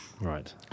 Right